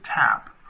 tap